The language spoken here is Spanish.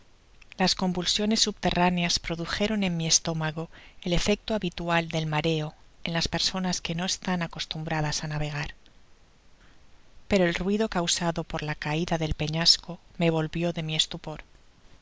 las convulsiones subterraneas prodngton r mi estonio el efecto habitual del mareo en las personas que no estan acostumbradas á navegar pero el ruido causado por caida del peñasco me volvio de mi estupor